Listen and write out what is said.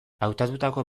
hautatutako